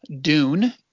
Dune